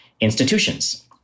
institutions